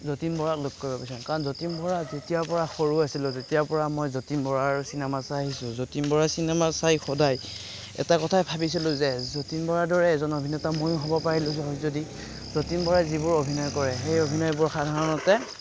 যতীন বৰাক লগ কৰিব বিচাৰিম কাৰণ যতীন বৰাই যেতিয়াৰপৰা সৰু আছিলোঁ তেতিয়াৰপৰা মই যতীন বৰাৰ চিনেমা চাই আহিছোঁ যতীন বৰাৰ চিনেমা চাই সদায় এটা কথাই ভাবিছিলোঁ যে যতীন বৰাৰ দৰে এজন অভিনেতা ময়ো হ'ব পাৰিলোহেঁতেন যদি যতীন বৰাই যিবোৰ অভিনয় কৰে সেই অভিনয়বোৰ সাধাৰণতে